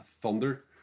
thunder